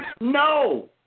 No